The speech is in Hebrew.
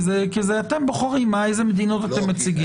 אתם בוחרים אילו מדינות אתם מציגים.